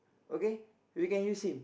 okay we can use him